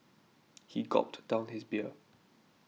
he gulped down his beer